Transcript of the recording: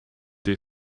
they